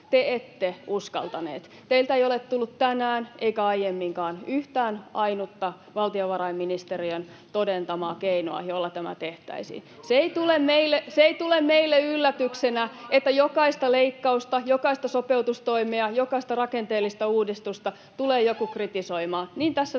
Te ette uskaltaneet. Teiltä ei ole tullut tänään eikä aiemminkaan yhtä ainutta valtiovarainministeriön todentamaa keinoa, jolla tämä tehtäisiin. Se ei tule meille yllätyksenä, että jokaista leikkausta, jokaista sopeutustoimea, jokaista rakenteellista uudistusta tulee joku kritisoimaan